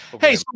Hey